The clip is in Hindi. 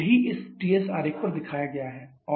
यही इस Ts आरेख पर दिखाया गया है